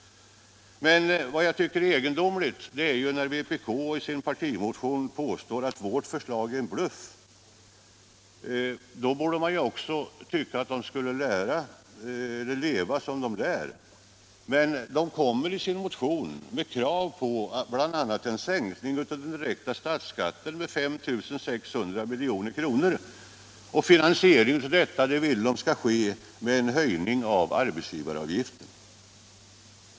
Vpk påstår alltså i sin motion att vårt förslag är en bluff. Men då borde partiets ledamöter också leva som de lär. De framför i sin motion bl.a. krav på en sänkning av den direkta statsskatten med 5 600 milj.kr., och finansieringen av detta vill de ordna genom en höjning av arbetsgivaravgiften.